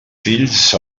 fills